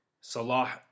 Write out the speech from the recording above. Salah